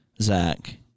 Zach